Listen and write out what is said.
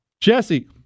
Jesse